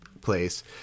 place